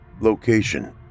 Location